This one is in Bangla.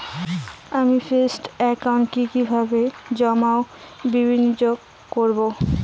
আমি ফিক্সড একাউন্টে কি কিভাবে জমা ও বিনিয়োগ করব?